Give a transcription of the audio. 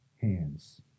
hands